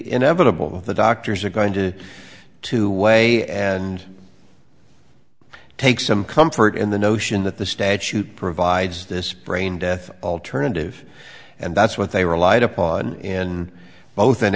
inevitable the doctors are going to to weigh and take some comfort in the notion that the statute provides this brain death alternative and that's what they relied upon in both in